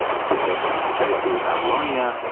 freed them from captivity in babylonia,